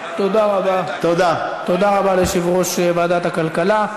תודה רבה ליושב-ראש ועדת הכלכלה.